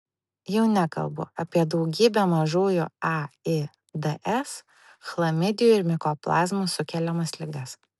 jau nekalbu apie daugybę mažųjų aids chlamidijų ir mikoplazmų sukeliamas ligas